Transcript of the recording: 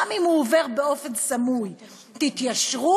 גם אם הוא עובר באופן סמוי: תתיישרו,